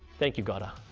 thank you goda,